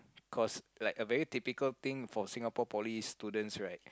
cause like a very typical thing for Singapore Poly students right